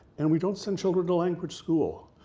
and we don't send children to language school.